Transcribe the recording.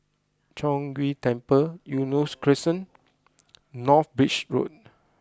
Chong Ghee Temple Eunos Crescent North Bridge Road